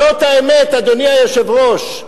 זאת האמת, אדוני היושב-ראש.